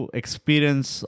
experience